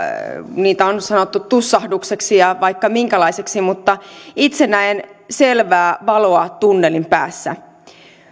niitä on sanottu tussahdukseksi ja vaikka minkälaiseksi mutta itse näen selvää valoa tunnelin päässä